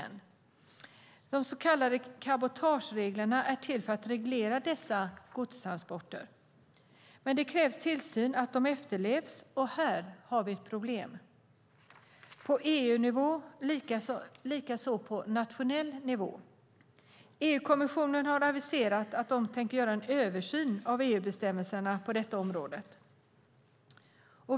De så kallade cabotagereglerna är till för att reglera dessa godstransporter. Det kräver tillsyn att de efterlevs, och här har vi ett problem på EU-nivå liksom på nationell nivå. EU-kommissionen har aviserat att de tänker göra en översyn av EU-bestämmelserna på det området.